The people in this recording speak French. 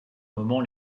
moment